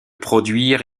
produire